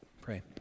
Pray